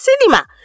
cinema